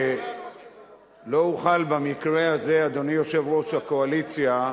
לא אוכל במקרה הזה, אדוני יושב-ראש הקואליציה,